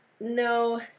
No